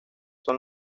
son